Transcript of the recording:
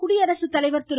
குடியரசு தலைவர் திரு